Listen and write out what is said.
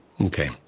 Okay